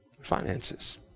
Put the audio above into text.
Finances